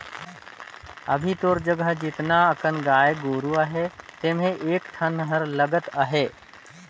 अभी तोर जघा जेतना अकन गाय गोरु अहे तेम्हे कए ठन हर लगत अहे